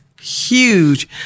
huge